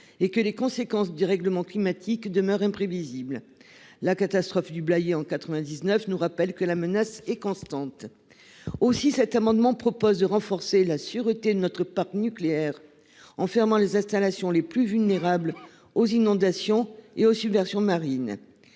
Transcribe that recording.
et les conséquences du dérèglement climatique demeurent imprévisibles. La catastrophe du Blayais, en 1999, nous rappelle que la menace est constante. Aussi cet amendement vise-t-il à renforcer la sûreté de notre parc nucléaire en fermant les installations les plus vulnérables aux inondations et aux submersions marines.